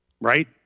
right